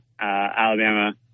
Alabama